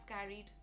carried